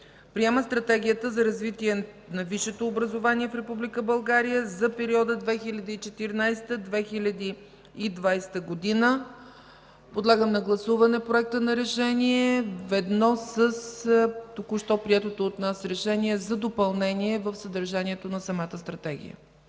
Приема Стратегията за развитие на висшето образование в Република България за периода 2014 – 2020 г.” Подлагам на гласуване Проекта за решение, ведно с току-що приетото от нас решение за допълнение в съдържанието на самата Стратегия.